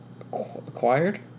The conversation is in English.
Acquired